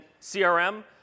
CRM